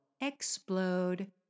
explode